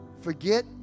forget